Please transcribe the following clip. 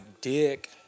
dick